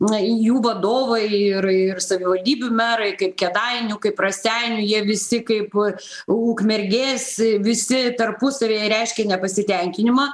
na jų vadovai ir ir savivaldybių merai kaip kėdainių kaip raseinių jie visi kaip ukmergės visi tarpusavyje reiškė nepasitenkinimą